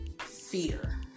fear